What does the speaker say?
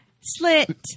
slit